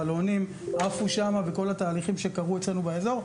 בלונים עפו שם וכל התהליכים שקרו אצלנו באזור,